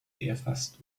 erfasst